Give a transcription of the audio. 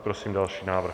Prosím další návrh.